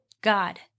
God